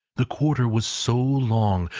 the quarter was so long,